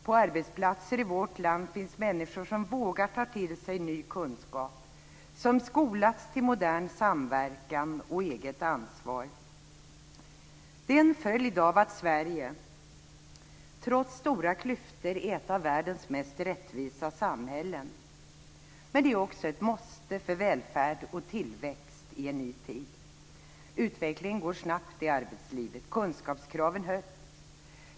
På arbetsplatser i vårt land finns människor som vågar ta till sig ny kunskap och som skolats till modern samverkan och eget ansvar. Det är en följd av att Sverige, trots stora klyftor, är ett av världens mest rättvisa samhällen. Men det är också ett måste för välfärd och tillväxt i en ny tid. Utvecklingen går snabbt i arbetslivet. Kunskapskraven höjs.